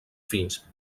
fills